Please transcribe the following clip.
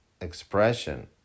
expression